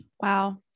Wow